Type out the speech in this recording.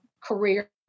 career